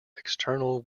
external